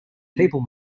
people